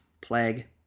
plague